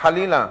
חלילה,